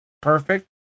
perfect